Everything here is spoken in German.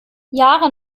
jahre